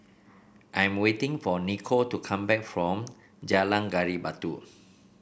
I'm waiting for Niko to come back from Jalan Gali Batu